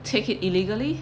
take it illegally